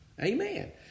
Amen